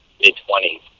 mid-twenties